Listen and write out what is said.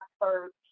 first